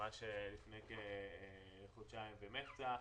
לפני כחודשיים ומחצה.